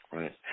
Right